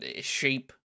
shape